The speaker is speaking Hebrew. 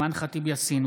אימאן ח'טיב יאסין,